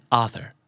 author